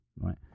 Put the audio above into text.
right